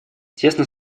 тесно